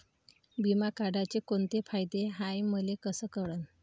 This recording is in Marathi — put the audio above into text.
बिमा काढाचे कोंते फायदे हाय मले कस कळन?